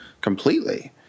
completely